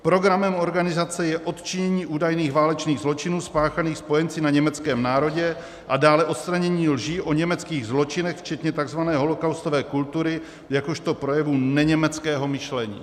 Programem organizace je odčinění údajných válečných zločinů spáchaných spojenci na německém národě a dále odstranění lží o německých zločinech, včetně takzvané holokaustové kultury jakožto projevu neněmeckého myšlení.